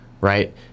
right